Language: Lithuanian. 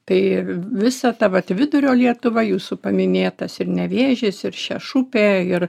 tai visa ta vat vidurio lietuva jūsų paminėtas ir nevėžis ir šešupė ir